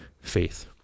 faith